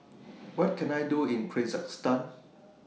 What Can I Do in Kyrgyzstan